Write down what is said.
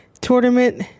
tournament